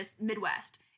Midwest